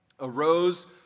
arose